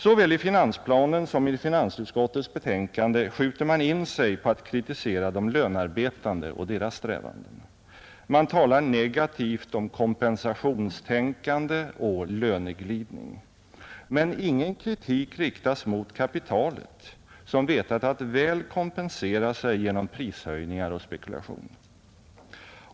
Såväl i finansplanen som i finansutskottets betänkande skjuter man in sig på att kritisera de lönarbetande och deras strävanden. Man talar negativt om ”kompensationstänkande” och ”löneglidning”. Men ingen kritik riktas mot kapitalet, som vetat att väl kompensera sig genom prishöjningar och spekulation.